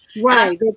Right